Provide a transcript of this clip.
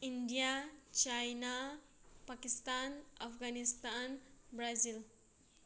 India China Pakistan Afghanistan Brazil